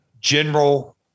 general